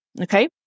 okay